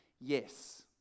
yes